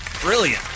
Brilliant